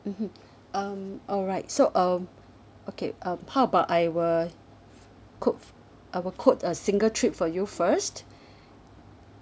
mmhmm um alright so um okay um how about I will quo~ I will quote a single trip for you first